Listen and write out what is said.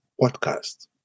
podcast